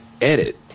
edit